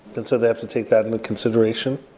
and so they have to take that into consideration.